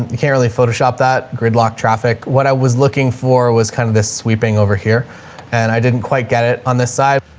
and you can't really photoshop that gridlock traffic. what i was looking for was kind of this sweeping over here and i didn't quite get it on this side,